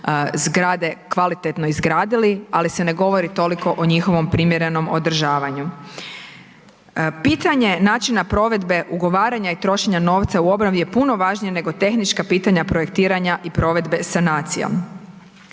zgrade kvalitetno izgradili, ali se ne govori toliko o njihovom primjerenom održavanju. Pitanje načina provedbe, ugovaranja i trošenja novca u obnovi je puno važnije nego tehnička pitanja projektiranja i provedbe sanacija.